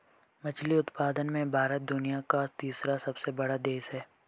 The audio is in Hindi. मछली उत्पादन में भारत दुनिया का तीसरा सबसे बड़ा देश है